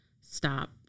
stop